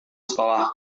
sekolah